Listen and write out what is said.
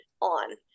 on